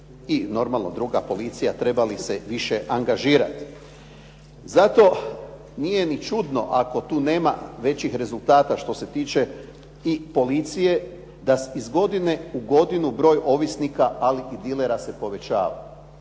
i normalno druga policija trebali se više angažirati. Zato nije ni čudno ako tu nema većih rezultata što se tiče i policije da iz godine u godinu broj ovisnika ali i dilera se povećava.